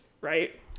right